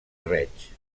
reig